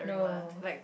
no